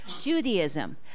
Judaism